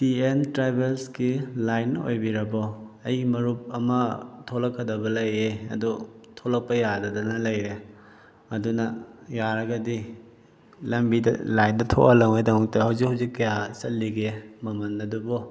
T N ꯇ꯭ꯔꯥꯕꯦꯜꯁꯀꯤ line ꯑꯣꯏꯕꯤꯔꯕꯣ ꯑꯩꯒꯤ ꯃꯔꯨꯞ ꯑꯃ ꯊꯣꯂꯛꯀꯗꯕ ꯂꯩꯌꯦ ꯑꯗꯣ ꯊꯣꯂꯛꯄ ꯌꯥꯗꯗꯅ ꯂꯩꯔꯦ ꯑꯗꯨꯅ ꯌꯥꯔꯒꯗꯤ ꯂꯝꯕꯤꯗ ꯂꯥꯏꯟꯗ ꯊꯣꯂꯛꯅꯕꯒꯤꯗꯃꯛꯇ ꯍꯧꯖꯤꯛ ꯍꯧꯖꯤꯛ ꯀꯌꯥ ꯆꯠꯂꯤꯒꯦ ꯃꯃꯟ ꯑꯗꯨꯕꯣ